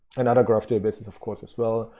and other graph databases of course, as well.